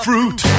Fruit